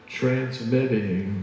transmitting